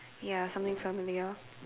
ya something familiar